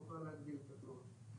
נוכל להגדיל את התנועה.